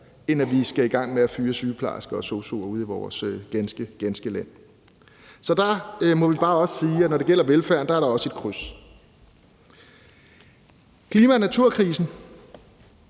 end at vi skal i gang med at fyre sygeplejersker og sosu'er ude i vores ganske land. Så der må vi bare sige, at når det gælder velfærden, er der også et kryds. Kl. 11:10 Klima- og naturkrisen